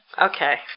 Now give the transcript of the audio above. Okay